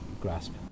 grasp